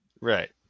right